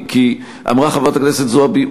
כי אמרה חברת הכנסת זועבי,